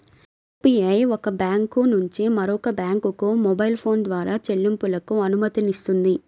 UPI ఒక bank నుంచి మరొక బ్యాంకుకు మొబైల్ ఫోన్ ద్వారా చెల్లింపులకు అనుమతినిస్తుంది